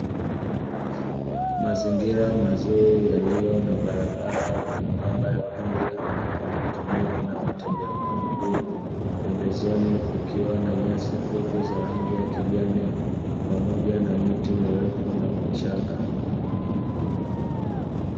Mazingira mazuri yaliyo na barabara nyembamba ya vumbi ambayo inatumiwa na watembea kwa miguu, pembezoni kukiwa na nyasi fupi za rangi ya kijani pamoja na miti mirefu na vichaka.